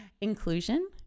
inclusion